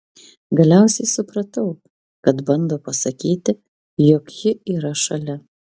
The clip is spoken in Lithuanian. galiausiai supratau kad bando pasakyti jog ji yra šalia